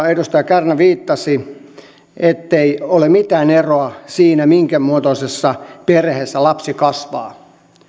edustaja kärnä viittasi coloradon tutkimukseen jossa sanotaan ettei ole mitään eroa siinä minkä muotoisessa perheessä lapsi kasvaa